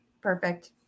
Perfect